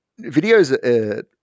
videos